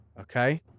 Okay